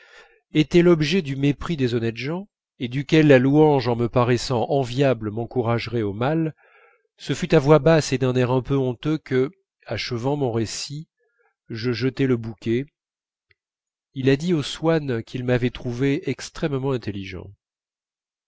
était l'objet du mépris des honnêtes gens et duquel la louange en me paraissant enviable m'encourageait au mal ce fut à voix basse et d'un air un peu honteux que achevant mon récit je jetai le bouquet il a dit aux swann qu'il m'avait trouvé extrêmement intelligent